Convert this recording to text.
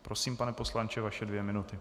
Prosím, pane poslanče, vaše dvě minuty.